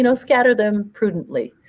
you know scatter them prudently.